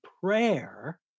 prayer